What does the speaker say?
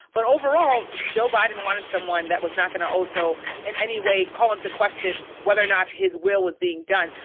but overall, joe biden wanted someone that was not gonna also in any way call into question whether or not his will was being done.